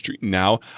Now